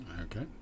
okay